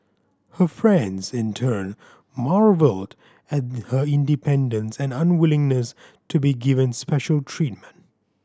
her friends in turn marvelled at her independence and unwillingness to be given special treatment